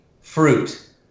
fruit